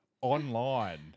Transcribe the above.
Online